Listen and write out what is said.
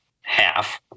half